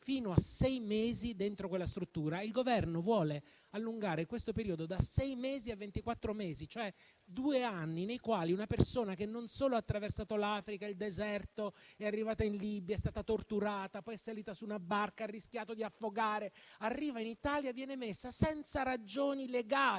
fino a sei mesi dentro quella struttura; e il Governo vuole allungare questo periodo da sei a ventiquattro mesi, cioè due anni nei quali una persona, che non solo ha attraversato l'Africa e il deserto, è arrivata in Libia, è stata torturata, poi è salita su una barca, ha rischiato di affogare e infine è arrivata in Italia, viene messa senza ragioni legali